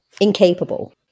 Incapable